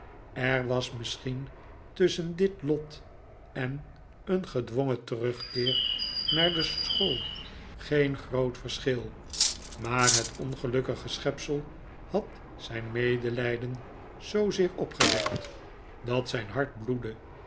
er was misschien tusschen dit lot en een gedwongen terugkeer naar de school geen groot verschil maar het ongelukkige schepsel had zijn medelijden zoozeer opgewekt dat zijn hart bloedde